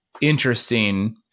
Interesting